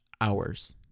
hours